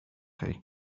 chi